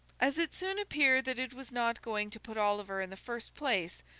as it soon appeared that it was not going to put oliver in the first place,